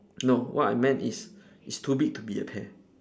no what I meant is it's too big to be a pear